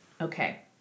Okay